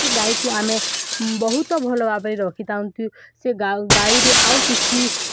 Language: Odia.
ସେ ଗାଈକୁ ଆମେ ବହୁତ ଭଲ ଭାବରେ ରଖିଥାନ୍ତି ସେ ଗାଈରେ ଆଉ କିଛି